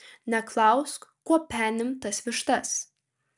neklausk kuo penim tas vištas